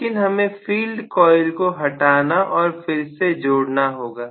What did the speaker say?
लेकिन हमें field coil को हटाना और फिर से जोड़ना होगा